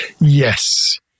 Yes